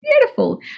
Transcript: beautiful